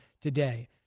today